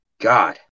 God